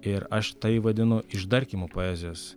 ir aš tai vadinu išdarkymu poezijos